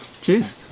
Cheers